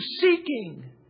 seeking